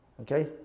Okay